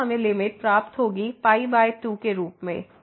अतः हमें लिमिट प्राप्त होगी पाई 2के रूप में